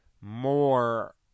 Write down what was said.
more